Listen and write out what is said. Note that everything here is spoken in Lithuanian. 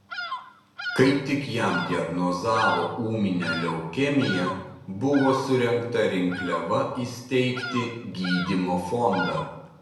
kai tik jam diagnozavo ūminę leukemiją buvo surengta rinkliava įsteigti gydymo fondą